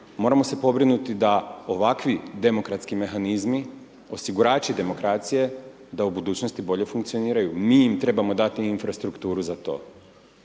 moramo se pobrinuti da ovakvi demokratski mehanizmi, osigurači demokracije da u budućnosti bolje funkcioniraju, mi im trebamo dati infrastrukturu za to.